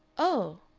oh!